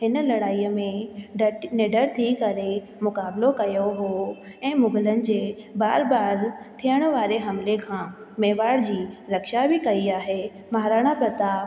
हिन लड़ाईअ में डट निडर थी करे मुक़ाबिलो कयो हो ऐं मुगलनि जे बार बार थियण वारे हमिले खां मेवाड़ जी रक्षा बि कई आहे महाराणा प्रताप